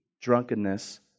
drunkenness